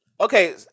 Okay